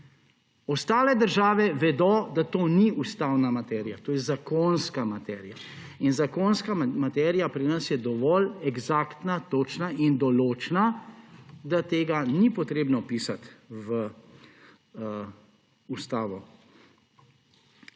Ostale države vedo, da to ni ustavna materija, to je zakonska materija in zakonska materija pri nas je dovolj eksaktna, točna in določna, da tega ni potrebno pisati v ustavo.